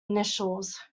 initials